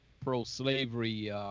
pro-slavery